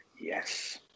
Yes